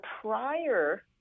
prior